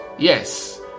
yes